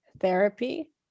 therapy